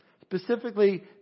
Specifically